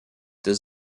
does